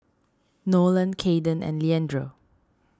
Nolan Kaiden and Leandro